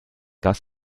das